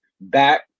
back